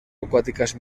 acuáticas